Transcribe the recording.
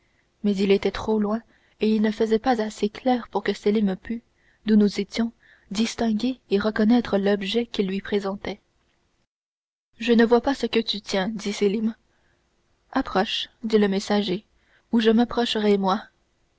mais il était trop loin et il ne faisait pas assez clair pour que sélim pût d'où nous étions distinguer et reconnaître l'objet qu'il lui présentait je ne vois pas ce que tu tiens dit sélim approche dit le messager ou je m'approcherai moi